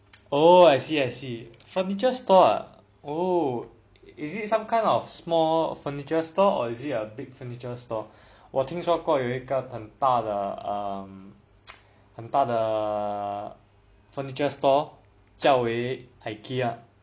oh I see I see furniture store ah oh is it some kind of small furniture store or is it a big furniture store 听说过有一个很大的很大的 funrniture store 叫为 ikea